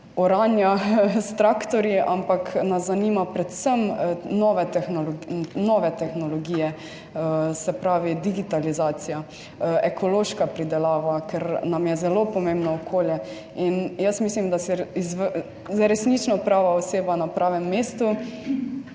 oranja s traktorji, ampak nas zanima predvsem nove, nove tehnologije, se pravi digitalizacija, ekološka pridelava, ker nam je zelo pomembno okolje in jaz mislim, da si resnično prava oseba na pravem mestu